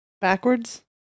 Backwards